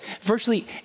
Virtually